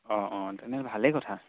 অঁ অঁ তেনেহ'লে ভালেই কথা